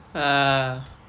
ah